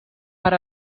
per